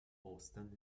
ostern